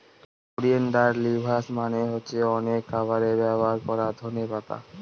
coriander leaves মানে হচ্ছে অনেক খাবারে ব্যবহার করা ধনে পাতা